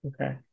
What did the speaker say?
Okay